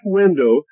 window